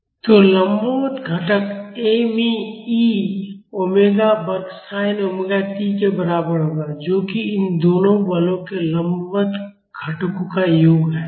तो लंबवत घटक me e ओमेगा वर्ग sin ओमेगा टी के बराबर होगा जो कि इन दोनों बलों के लंबवत घटकों का योग है